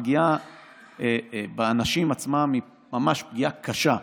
הפגיעה באנשים עצמם היא ממש פגיעה קשה,